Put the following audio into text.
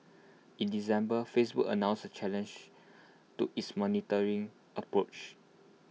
in December Facebook announced A change to its monitoring approach